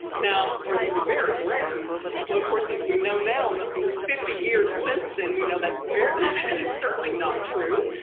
now or it's gonna be very rare well of course as we know now in the fifty years since then we know that, so that is certainly not true.